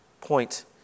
point